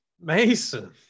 Mason